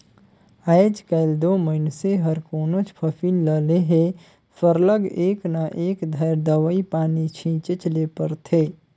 आएज काएल दो मइनसे हर कोनोच फसिल ल लेहे सरलग एक न एक धाएर दवई पानी छींचेच ले परथे